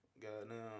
Goddamn